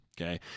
okay